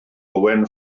owen